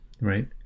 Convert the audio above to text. right